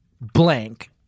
blank